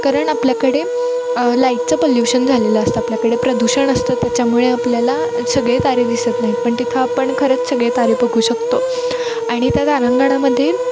कारण आपल्याकडे लाईटचं पल्युशन झालेलं असतं आपल्याकडे प्रदूषण असतं त्याच्यामुळे आपल्याला सगळे तारे दिसत नाहीत पण तिथं आपण खरंच सगळे तारे बघू शकतो आणि त्या तारांगणामध्ये